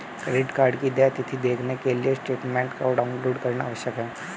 credit card की देय तिथी देखने के लिए स्टेटमेंट को डाउनलोड करना आवश्यक है